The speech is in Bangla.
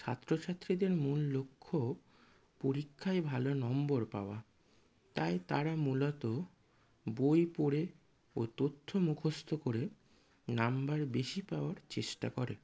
ছাত্র ছাত্রীদের মূল লক্ষ্য পরীক্ষায় ভালো নম্বর পাওয়া তাই তারা মূলত বই পড়ে ও তথ্য মুখস্থ করে নম্বর বেশি পাওয়ার চেষ্টা করে